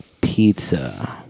pizza